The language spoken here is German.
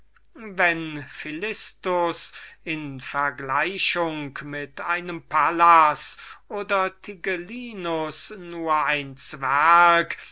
wenn philistus in vergleichung mit einem pallas oder tigellin nur ein zwerg